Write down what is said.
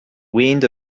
wind